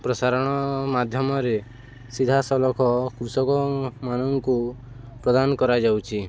ପ୍ରସାରଣ ମାଧ୍ୟମରେ ସିଧାସଳଖ କୃଷକମାନଙ୍କୁ ପ୍ରଦାନ କରାଯାଉଛି